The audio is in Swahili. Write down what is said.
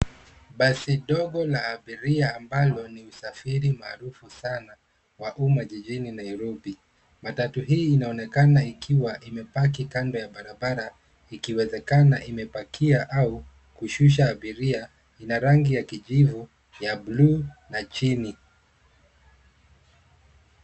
Basi dogo la abiria ambalo ni usafiri maarufu sana wa umma jijini Nairobi. Matatu hii inaonekana ikiwa imepaki kando ya barabara ikiwezekana imepakia au kushusha abiria. Ina rangi ya kijivu, buluu na chini.